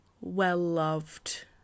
well-loved